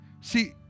See